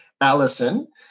Allison